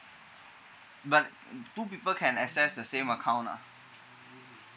but two people can access the same account ah